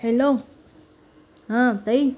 hello हां ताई